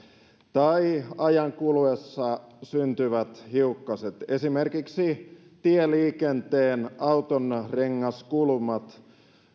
tai ajan kuluessa syntyvät hiukkaset esimerkiksi tieliikenteessä auton rengaskulumat